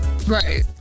Right